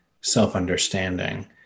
self-understanding